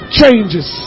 changes